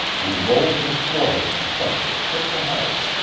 we rolled to the floor with a thud that shook the house,